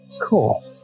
Cool